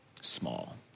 small